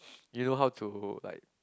you know how to like